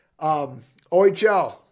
OHL